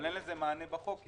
אבל אין לזה מענה בחוק,